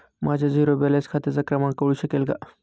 माझ्या zero balance खात्याचा क्रमांक कळू शकेल का?